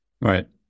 Right